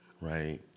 right